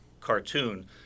cartoon